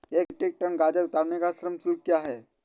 एक metric ton गाजर उतारने के लिए श्रम शुल्क क्या है?